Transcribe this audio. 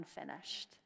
unfinished